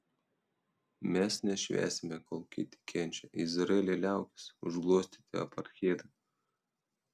mes nešvęsime kol kiti kenčia izraeli liaukis užglostyti apartheidą